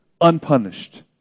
unpunished